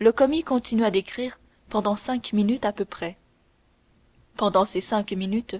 le commis continua d'écrire pendant cinq minutes à peu après pendant ces cinq minutes